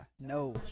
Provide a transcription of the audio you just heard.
no